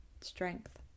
strength